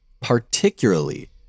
particularly